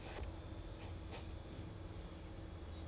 plus the secondary employment then after that